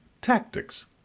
tactics